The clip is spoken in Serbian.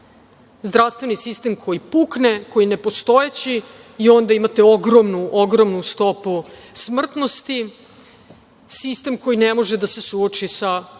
zdravstveni sistem koji pukne, koji je nepostojeći i onda imate ogromnu stopu smrtnosti, sistem koji ne može da se suoči sa borbom